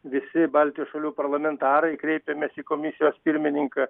visi baltijos šalių parlamentarai kreipėmės į komisijos pirmininką